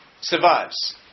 survives